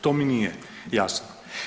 To mi nije jasno.